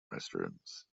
restrooms